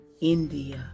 India